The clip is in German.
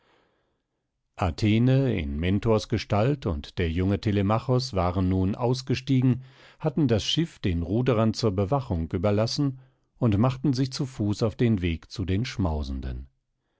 athene in mentors gestalt und der junge telemachos waren nun ausgestiegen hatten das schiff den ruderern zur bewachung überlassen und machten sich zu fuß auf den weg zu den schmausenden